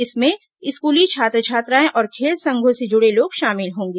इसमें स्कूली छात्र छात्राएं और खेल संघों से जुड़े लोग शामिल होंगे